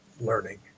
learning